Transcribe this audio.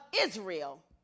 Israel